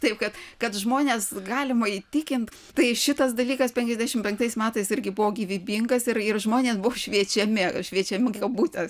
taip kad kad žmones galima įtikint tai šitas dalykas penkiasdešimt penktais metais irgi buvo gyvybingas ir ir žmonės buvo šviečiami šviečiami kabutės